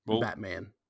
Batman